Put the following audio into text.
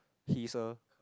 he is a